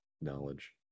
Knowledge